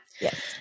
Yes